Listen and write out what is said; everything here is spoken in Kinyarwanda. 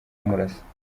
amurasa